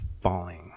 falling